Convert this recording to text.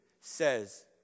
says